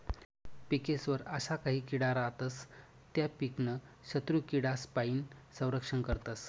पिकेस्वर अशा काही किडा रातस त्या पीकनं शत्रुकीडासपाईन संरक्षण करतस